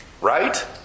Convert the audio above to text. Right